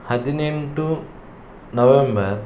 ಹದಿನೆಂಟು ನವೆಂಬರ್